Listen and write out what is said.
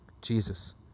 Jesus